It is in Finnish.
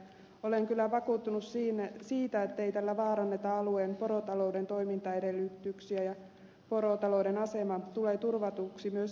olen kyllä vakuuttunut siitä ettei tällä vaaranneta alueen porotalouden toimintaedellytyksiä ja porotalouden asema tulee turvatuksi myös jatkossa